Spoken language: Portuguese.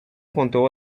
contou